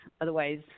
Otherwise